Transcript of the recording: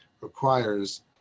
requires